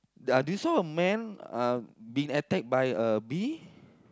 there are did you saw a man uh being attacked by a bee